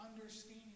understanding